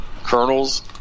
colonels